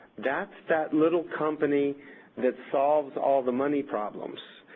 that's that little company that solves all the money problems.